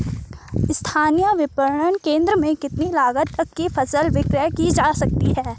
स्थानीय विपणन केंद्र में कितनी लागत तक कि फसल विक्रय जा सकती है?